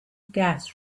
gas